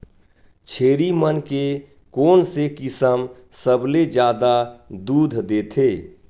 छेरी मन के कोन से किसम सबले जादा दूध देथे?